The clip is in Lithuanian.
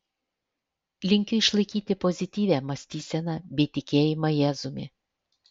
linkiu išlaikyti pozityvią mąstyseną bei tikėjimą jėzumi